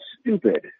stupid